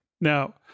Now